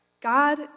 God